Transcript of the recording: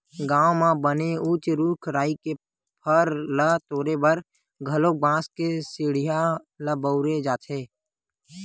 गाँव म बने उच्च रूख राई के फर ल तोरे बर घलोक बांस के सिड़िया ल बउरे जाथे